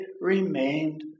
remained